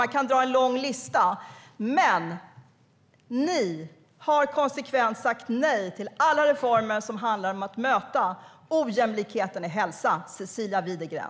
Man kan dra en lång lista. Ni har konsekvent sagt nej till alla reformer som handlar om att möta ojämlikheten i hälsa, Cecilia Widegren.